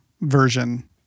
version